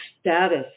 status